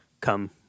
come